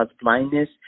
blindness